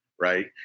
right